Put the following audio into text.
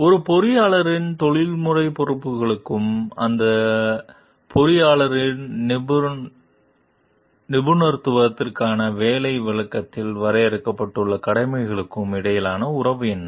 ஒரு பொறியியலாளரின் தொழில்முறை பொறுப்புகளுக்கும் அந்த பொறியாளரின் நிபுணத்துவத்திற்கான வேலை விளக்கத்தில் வரையறுக்கப்பட்டுள்ள கடமைகளுக்கும் இடையிலான உறவு என்ன